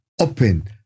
open